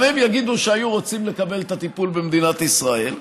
גם הם יגידו שהיו רוצים לקבל את הטיפול במדינת ישראל.